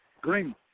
Green